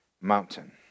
mountain